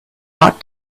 ought